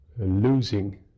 losing